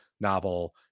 novel